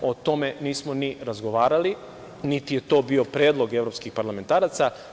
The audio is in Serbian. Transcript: O tome nismo ni razgovarali, niti je to bio predlog evropskih parlamentaraca.